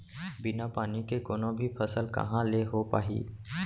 बिना पानी के कोनो भी फसल कहॉं ले हो पाही?